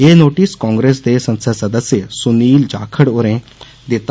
एह् नोटिस कांग्रेस दे संसद सदस्य सुनील जाखड होरें दिता